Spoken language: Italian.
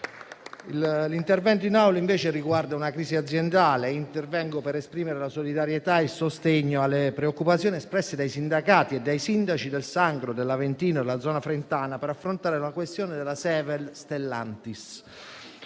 Vorrei ora soffermarmi su una crisi aziendale per esprimere solidarietà e sostegno alle preoccupazioni espresse dai sindacati e dai sindaci del Sangro, dell'Aventino e della zona frentana, per affrontare la questione della Sevel Stellantis.